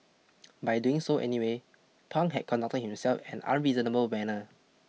by doing so anyway Pang had conducted himself an unreasonable manner